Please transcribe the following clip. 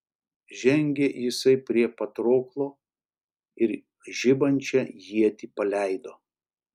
žengė jisai prie patroklo ir žibančią ietį paleido